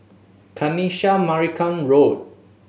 Kanisha Marican Road